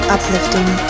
Uplifting